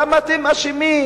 למה אתם מאשימים?